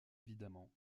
évidemment